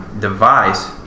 device